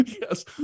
Yes